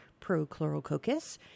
Prochlorococcus